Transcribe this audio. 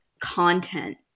content